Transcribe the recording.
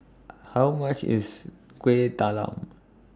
How much IS Kuih Talam